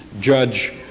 judge